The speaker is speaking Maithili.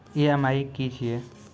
ई.एम.आई की छिये?